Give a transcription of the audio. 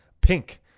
pink